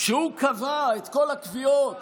שהוא קבע את כל הקביעות